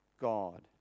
God